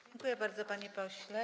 Dziękuję bardzo, panie pośle.